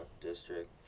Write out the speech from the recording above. district